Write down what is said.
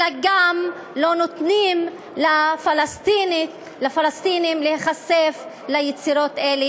אלא גם לא נותנים ליצירות אלה להיחשף בפני הפלסטינים,